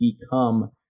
become